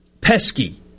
Pesky